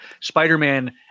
Spider-Man